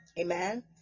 amen